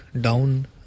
down